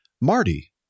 Marty